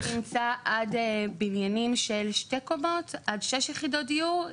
זה נמצא עד בניינים של שתי קומות ועד שש יחידות דיור?